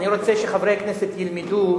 אדוני היושב-ראש, מכובדי ראש הממשלה,